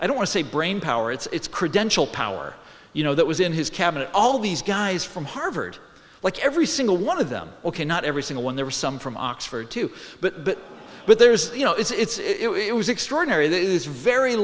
i don't want to say brain power it's credential power you know that was in his cabinet all these guys from harvard like every single one of them ok not every single one there was some from oxford too but but there's you know it's it was extraordinary there is very